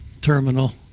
terminal